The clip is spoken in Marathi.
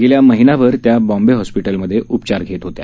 गेला महिनाभर त्या बॉम्बे हॉस्पीटलमध्ये उपचार घेत होत्या